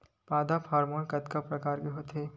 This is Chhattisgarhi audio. पादप हामोन के कतेक प्रकार के होथे?